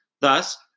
Thus